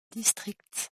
districts